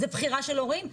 זה בחירה של הורים,